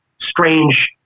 strange